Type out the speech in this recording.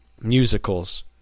musicals